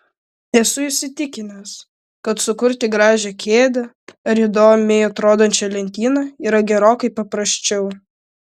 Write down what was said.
esu įsitikinęs kad sukurti gražią kėdę ar įdomiai atrodančią lentyną yra gerokai paprasčiau